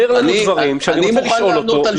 אומר לנו דברים ואני רוצה לשאול אותו שאלות,